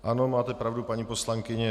Ano, máte pravdu, paní poslankyně.